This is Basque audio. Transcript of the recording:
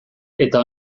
eta